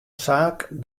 saak